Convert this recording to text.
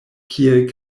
kiel